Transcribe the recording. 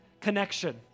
connection